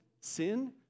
sin